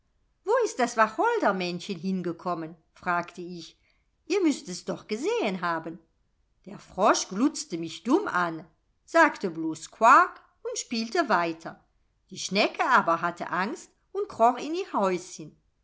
wo ist das wacholdermännchen hingekommen fragte ich ihr müßt es doch gesehen haben der frosch glotzte mich dumm an sagte blos quack und spielte weiter die schnecke aber hatte angst und kroch in ihr häuschen